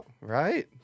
right